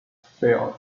field